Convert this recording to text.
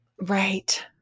Right